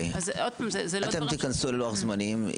תיכנסו ללוח זמנים.